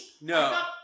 No